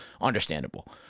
Understandable